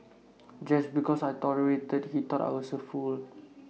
just because I tolerated he thought I was A fool